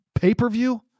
pay-per-view